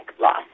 loss